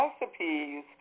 recipes